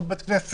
כמו בבית כנסת,